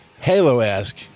Halo-esque